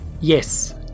yes